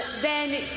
then,